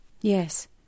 Yes